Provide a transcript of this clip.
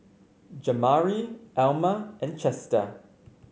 Jamari Elma and Chester